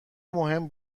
مهم